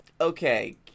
okay